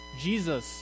Jesus